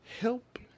help